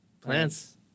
Plants